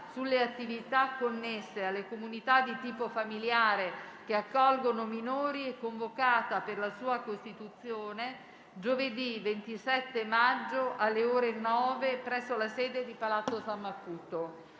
sulle attività connesse alle comunità di tipo familiare che accolgono minori è convocata per la sua costituzione giovedì 27 maggio, alle ore 9, presso la sede di palazzo San Macuto.